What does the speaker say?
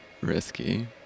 risky